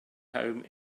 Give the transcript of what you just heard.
home